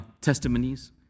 testimonies